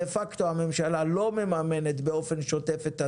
דה פקטו הממשלה לא מממנת באופן שוטף את הדואר.